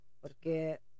Porque